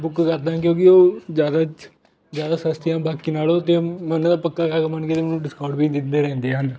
book ਕਰਦਾ ਹਾਂ ਕਿਉਂਕਿ ਉਹ ਜ਼ਿਆਦਾ ਜ਼ਿਆਦਾ ਸਸਤੀਆਂ ਬਾਕੀ ਨਾਲੋਂ ਅਤੇ ਮੈਂ ਉਹਨਾਂ ਦਾ ਪੱਕਾ ਗਾਹਕ ਬਣ ਗਿਆ ਅਤੇ ਮੈਨੂੰ ਡਿਸਕਾਉਂਟ ਵੀ ਦਿੰਦੇ ਰਹਿੰਦੇ ਹਨ